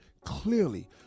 clearly